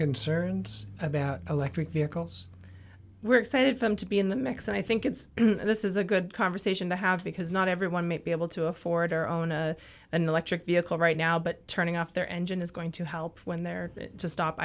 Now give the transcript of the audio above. concerns about electric vehicles we're excited from to be in the mix and i think it's this is a good conversation to have because not everyone may be able to afford or own a an electric vehicle right now but turning off their engine is going to help when they're to stop